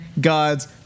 God's